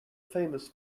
famous